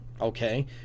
Okay